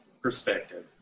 perspective